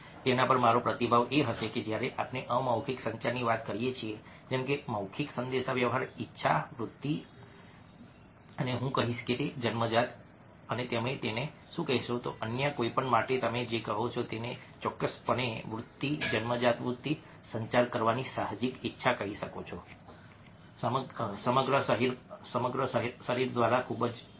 તેના પર મારો પ્રતિભાવ એ હશે કે જ્યારે આપણે અમૌખિક સંચારની વાત કરીએ છીએ જેમ કે મૌખિક સંદેશાવ્યવહાર ઇચ્છા વૃત્તિ અને હું કહીશ કે જન્મજાત તમે તેને શું કહેશો અન્ય કંઈપણ માટે તમે કહો છો તમે તેને ચોક્કસપણે વૃત્તિ જન્મજાત વૃત્તિ સંચાર કરવાની સાહજિક ઇચ્છા કહી શકો છો તે સમગ્ર શરીર દ્વારા ખૂબ જ છે